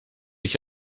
ich